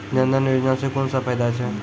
जनधन योजना सॅ कून सब फायदा छै?